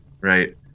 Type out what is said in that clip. right